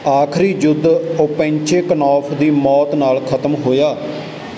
ਆਖ਼ਰੀ ਯੁੱਧ ਓਪੇਚੈਂਕਨੌਫ਼ ਦੀ ਮੌਤ ਨਾਲ ਖ਼ਤਮ ਹੋਇਆ